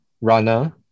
runner